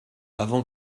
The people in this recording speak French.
avant